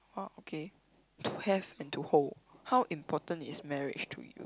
ah okay to have and to hold how important is marriage to you